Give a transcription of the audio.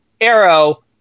Arrow